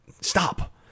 stop